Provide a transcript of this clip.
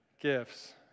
gifts